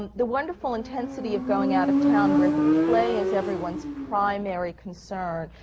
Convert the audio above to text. the wonderful intensity of going out-of-town, where the play is everyone's primary concern.